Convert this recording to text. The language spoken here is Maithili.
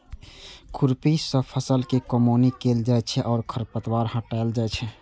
खुरपी सं फसल के कमौनी कैल जाइ छै आ खरपतवार हटाएल जाइ छै